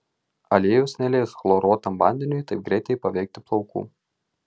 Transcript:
aliejus neleis chloruotam vandeniui taip greitai paveikti plaukų